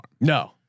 No